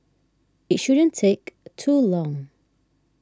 it shouldn't take too long